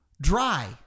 dry